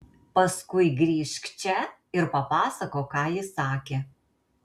paskui grįžk čia ir papasakok ką jis sakė